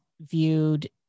viewed